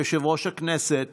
במהלך כהונתי כיושב-ראש הכנסת